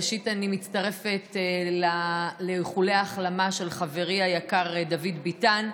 ראשית אני מצטרפת לאיחולי ההחלמה לחברי היקר דוד ביטן.